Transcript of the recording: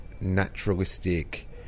naturalistic